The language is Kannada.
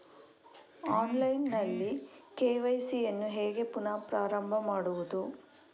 ಆನ್ಲೈನ್ ನಲ್ಲಿ ಕೆ.ವೈ.ಸಿ ಯನ್ನು ಹೇಗೆ ಪುನಃ ಪ್ರಾರಂಭ ಮಾಡುವುದು?